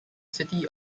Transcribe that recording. city